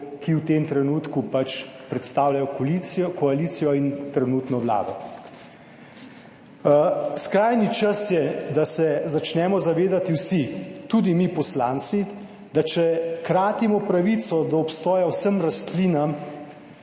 ki v tem trenutku pač predstavljajo koalicijo, koalicijo in trenutno Vlado. Skrajni čas je, da se začnemo zavedati vsi, tudi mi poslanci, da če kratimo pravico do obstoja vsem rastlinam